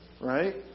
Right